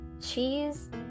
cheese